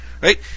right